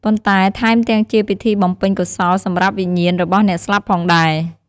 ប៉ុន្តែថែមទាំងជាពិធីបំពេញកុសលសម្រាប់វិញ្ញាណរបស់អ្នកស្លាប់ផងដែរ។